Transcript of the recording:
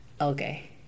Okay